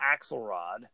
Axelrod